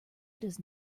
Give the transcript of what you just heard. does